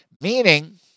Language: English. Meaning